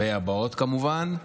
והבאות, כמובן.